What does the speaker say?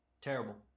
terrible